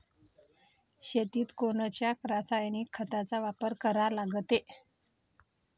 शेतीत कोनच्या रासायनिक खताचा वापर करा लागते?